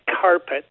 carpet